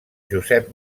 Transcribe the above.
josep